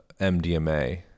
mdma